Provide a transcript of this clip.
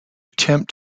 attempt